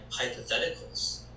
hypotheticals